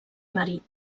marit